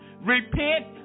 Repent